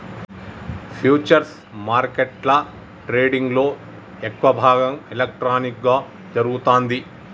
futures మార్కెట్ల ట్రేడింగ్లో ఎక్కువ భాగం ఎలక్ట్రానిక్గా జరుగుతాంది